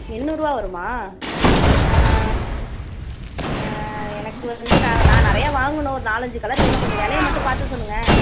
எண்ணூறுபா வருமா எனக்கு வந்து நான் நான் நிறையா வாங்கணும் ஒரு நாலஞ்சு கலர் வேணும் கொஞ்சம் விலைய மட்டும் பார்த்து சொல்லுங்கள்